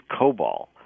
COBOL